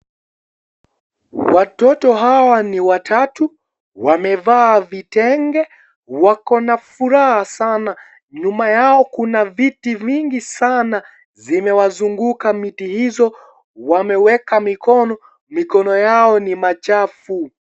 Watoto hawa ni watatu, wamevaa vitenge, wako na furaha sana, nyuma yao kuna viti mingi sana, zimewazunfuka miti hizo, wameweka mikono, mikono yao ni machafu.